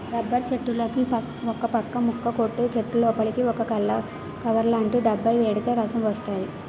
rubber చెట్టులుకి ఒకపక్క ముక్క కొట్టి చెట్టులోపలికి ఒక కవర్లాటి డబ్బా ఎడితే రసం వస్తది